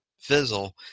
fizzle